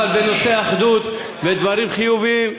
אבל בנושא האחדות, לדברים חיוביים.